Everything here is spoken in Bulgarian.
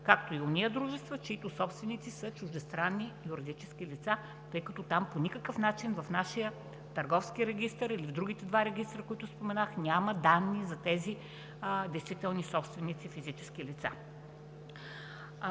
както и онези дружества, чиито собственици са чуждестранни юридически лица, тъй като там по никакъв начин – в нашия Търговски регистър, или в другите два регистъра, за които споменах, няма данни за тези действителни собственици – физически лица.